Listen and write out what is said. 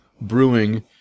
brewing